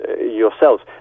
yourselves